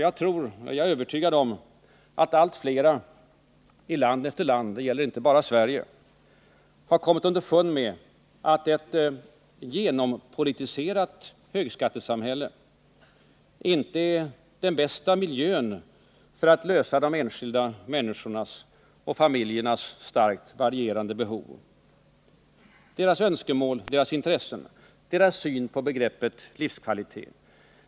Jag är övertygad om att allt fler i land efter land — det gäller inte bara Sverige —- har kommit underfund med att ett genompolitiserat högskattesamhälle inte är den bästa miljön för att lösa frågorna kring de enskilda människornas och familjernas starkt varierande behov, deras önskemål, deras intressen, deras syn på begreppet livskvalitet.